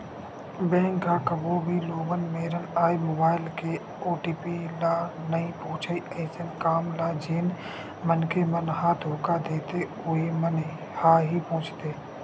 bank ह कभू भी लोगन मेरन आए मोबाईल के ओ.टी.पी ल नइ पूछय अइसन काम ल जेन मनखे मन ह धोखा देथे उहीं मन ह ही पूछथे